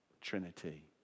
Trinity